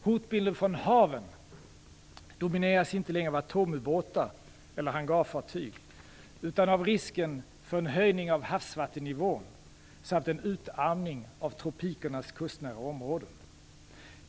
Hotbilden från haven domineras inte längre av atom-ubåtar eller hangarfartyg utan av risken för en höjning av havsvattennivån samt en utarmning av tropikernas kustnära områden.